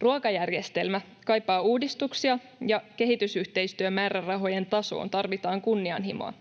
Ruokajärjestelmä kaipaa uudistuksia, ja kehitysyhteistyömäärärahojen tasoon tarvitaan kunnianhimoa.